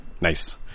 Nice